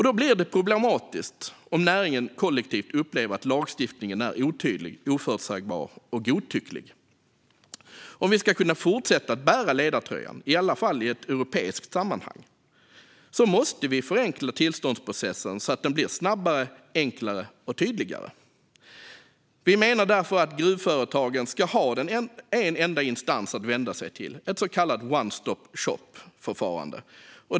Då blir det problematiskt om näringen kollektivt upplever att lagstiftningen är otydlig, oförutsägbar och godtycklig. Om Sverige ska kunna fortsätta att bära ledartröjan, i alla fall i ett europeiskt sammanhang, måste vi förenkla tillståndsprocessen så att den blir snabbare, enklare och tydligare. Vi menar därför att gruvföretagen ska ha en enda instans att vända sig till, ett så kallat one stop shop-förfarande.